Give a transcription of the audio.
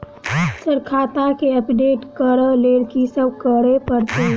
Sir खाता केँ update करऽ लेल की सब करै परतै?